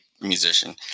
musician